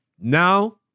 now